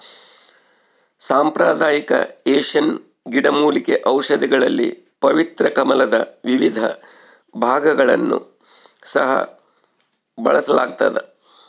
ಸಾಂಪ್ರದಾಯಿಕ ಏಷ್ಯನ್ ಗಿಡಮೂಲಿಕೆ ಔಷಧಿಗಳಲ್ಲಿ ಪವಿತ್ರ ಕಮಲದ ವಿವಿಧ ಭಾಗಗಳನ್ನು ಸಹ ಬಳಸಲಾಗ್ತದ